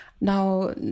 Now